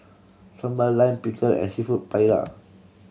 Sambar Lime Pickle and Seafood Paella